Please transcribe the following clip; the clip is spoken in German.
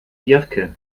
diercke